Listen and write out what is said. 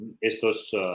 estos